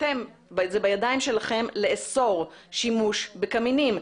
זה בידיים שלכם לאסור שימוש בקמינים,